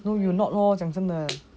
you do not know what to do ah